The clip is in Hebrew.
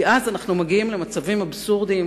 כי אז אנחנו מגיעים למצבים אבסורדיים,